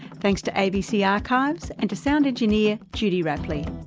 thanks to abc archives and to sound engineer, judy rapley.